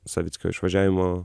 savickio išvažiavimo